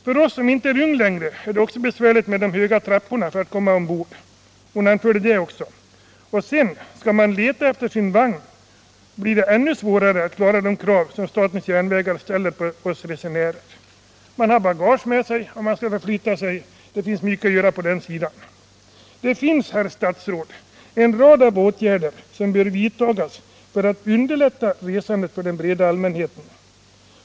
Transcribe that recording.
För oss som inte är unga längre är det också besvärligt med de höga trapporna för att komma på tåget, sade hon vidare. Skall man sedan leta efter sin vagn blir det ännu svårare att klara sig. Man måste släpa med sig bagaget när man skall förflytta sig. Det finns, herr statsråd, en rad åtgärder som bör vidtas för att underlätta resandet för den breda allmänheten.